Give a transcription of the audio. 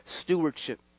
stewardship